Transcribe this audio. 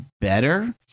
better